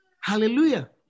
Hallelujah